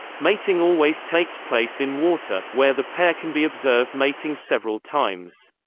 mating always takes place in water, where the pair can be observed mating several times.